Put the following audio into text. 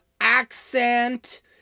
accent